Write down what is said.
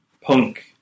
punk